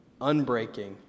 unbreaking